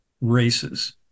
races